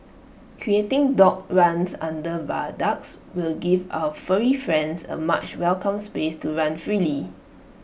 creating dog runs under viaducts will give our furry friends A much welcome space to run freely